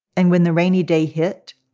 and when the rainy day hit,